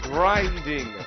Grinding